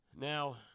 Now